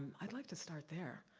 i'd like to start there.